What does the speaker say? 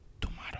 Tomorrow